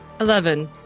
Eleven